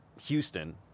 Houston